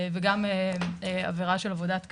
וגם עבירה של עבודת כפייה.